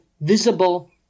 visible